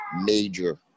major –